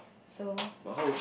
so